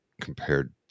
compared